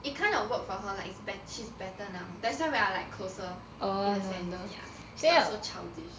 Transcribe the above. it kind of work for her like it's bet she's better now that's why we are like closer in a sense ya not so childish